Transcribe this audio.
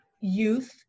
youth